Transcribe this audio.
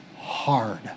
hard